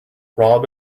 rob